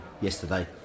yesterday